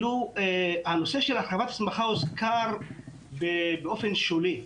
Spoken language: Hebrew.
הנושא של הרחבת הסמכה הוזכר באופן שולי.